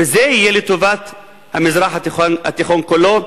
וזה יהיה לטובת המזרח התיכון כולו,